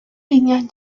líneas